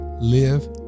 live